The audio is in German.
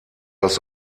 aus